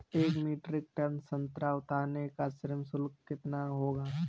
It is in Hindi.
एक मीट्रिक टन संतरा उतारने का श्रम शुल्क कितना होगा?